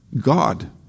God